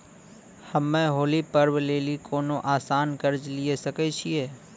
हम्मय होली पर्व लेली कोनो आसान कर्ज लिये सकय छियै?